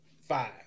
Five